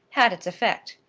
had its effect.